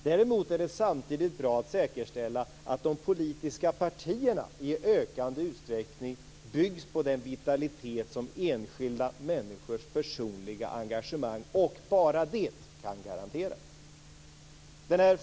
Däremot är det samtidigt bra att säkerställa att de politiska partierna i ökande utsträckning byggs på den vitalitet som enskilda människors personliga engagemang och bara det kan garantera.